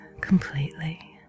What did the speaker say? completely